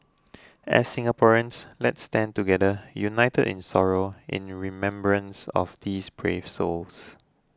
as Singaporeans let us stand together united in sorrow in remembrance of these brave souls